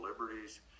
liberties